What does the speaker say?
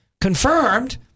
confirmed